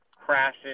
crashes